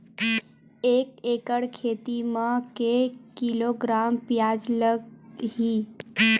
एक एकड़ खेती म के किलोग्राम प्याज लग ही?